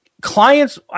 Clients